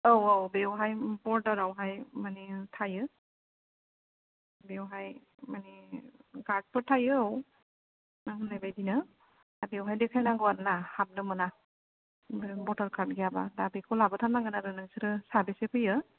औ औ बियावहाय बरदार आवहाय माने थायो बेयावहाय माने गार्डफोर थायो औ आं होननाय बायदिनो दा बियावहाय देखायनांगौ आरोना हाबनो मोना ओमफ्राय भतार कार्ड गैयाबा दा बेखौ लाबो थारनांगोन आरो नोंसोर साबेसे फैयो